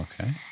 Okay